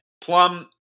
Plum